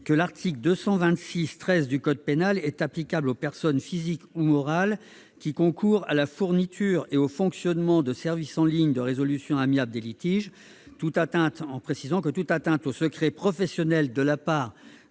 que l'article 226-13 du code pénal est applicable aux personnes physiques ou morales qui concourent à la fourniture ou au fonctionnement de services en ligne de résolution amiable des litiges, toute atteinte au secret professionnel de la part